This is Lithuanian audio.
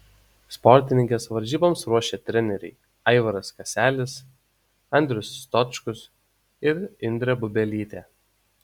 sportininkes varžyboms ruošė treneriai aivaras kaselis andrius stočkus ir indrė bubelytė